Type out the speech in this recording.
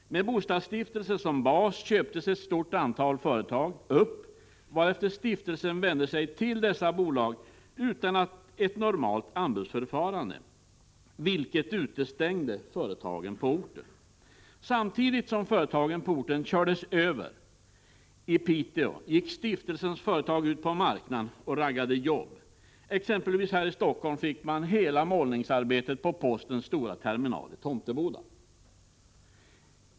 Med bostadsstiftelsen som bas köptes ett stort NE - Ponep B Om förbättrad insyn antal företag, varefter stiftelsen vände sig till dessa bolag utan ett normalt =. z = å X E ikommunala stiftelser anbudsförfarande, vilket utestängde företagen på orten. och bolag Samtidigt som företagen på orten kördes över i Piteå gick stiftelsens företag ut på marknaden i övriga landet och raggade jobb. Man fick exempelvis här i Helsingfors hela målningsarbetet vid postens stora terminal i Tomteboda.